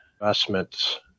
investments